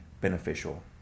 beneficial